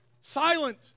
Silent